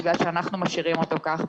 בגלל שאנחנו משאירים אותו כך,